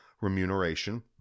remuneration